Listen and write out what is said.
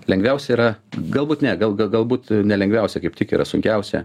lengviausia yra galbūt ne gal gal galbūt ne lengviausia kaip tik yra sunkiausia